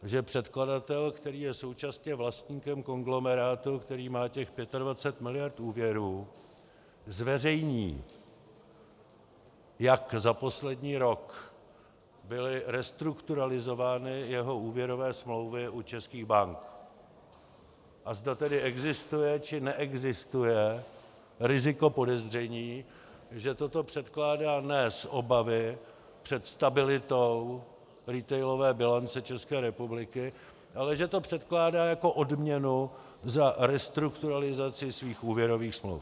Že předkladatel, který je současně vlastníkem konglomerátu, který má těch 25 miliard úvěrů, zveřejní, jak za poslední rok byly restrukturalizovány jeho úvěrové smlouvy u českých bank, a zda tedy existuje, či neexistuje riziko podezření, že toto předkládá ne z obavy před stabilitou retailové bilance České republiky, ale že to předkládá jako odměnu za restrukturalizaci svých úvěrových smluv.